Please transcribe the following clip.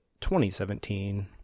2017